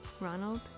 Ronald